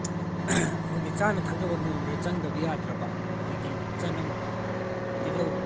ꯑꯩꯈꯣꯏꯒꯤ ꯆꯥꯅ ꯊꯛꯅꯕ ꯅꯣꯡꯃꯗ ꯆꯪꯗꯕ ꯌꯥꯗ꯭ꯔꯕ ꯑꯩꯈꯣꯏꯒꯤ ꯆꯅꯝ ꯇꯤꯜꯍꯧ